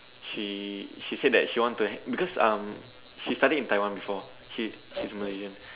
she she said that she want to hang because um she studied in Taiwan before she she's a Malaysian